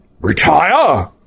Retire